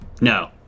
No